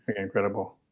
Incredible